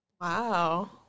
Wow